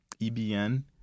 EBN